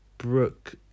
Brooke